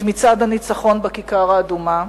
את מצעד הניצחון בכיכר האדומה,